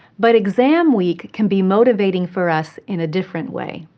but exam week can be motivating for us in a different way.